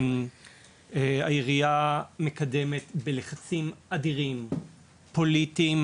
העירייה מקדמת בלחצים אדירים פוליטיים